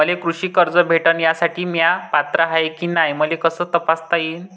मले कृषी कर्ज भेटन यासाठी म्या पात्र हाय की नाय मले कस तपासता येईन?